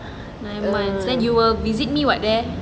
then you will visit me [what] there